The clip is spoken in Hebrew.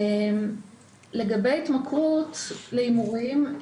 לגבי התמכרות להימורים,